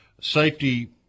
safety